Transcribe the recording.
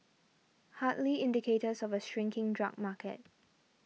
hardly indicators of a shrinking drug market